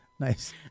Nice